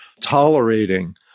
tolerating